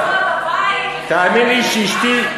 בבית, תאמיני לי שאשתי,